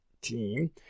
team